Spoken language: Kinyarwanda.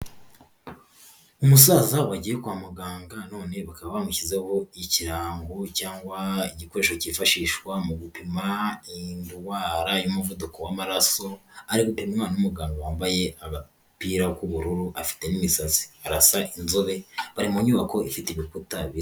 Umusaza wagiye kwa muganga none bakaba bamushyizeho ikirango cyangwa igikoresho cyifashishwa mu gupima indwara y'umuvuduko w'amaraso, ari gupimwa n'umugabo wambaye agapira k'ubururu afite n'imisatsi, arasa inzobe, bari mu nyubako ifite urukuta bibiri.